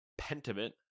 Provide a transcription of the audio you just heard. Pentiment